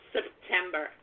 September